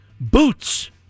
Boots